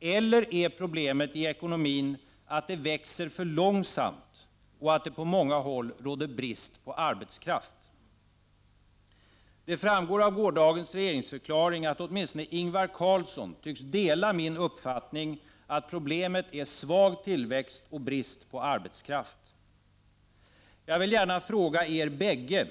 Eller är problemet att ekonomin växer för långsamt och att det på många håll råder brist på arbetskraft? Det framgår av gårdagens regeringsförklaring att åtminstone Ingvar Carlsson tycks dela min uppfattning att problemen är svag tillväxt och brist på arbetskraft. Jag vill gärna fråga er bägge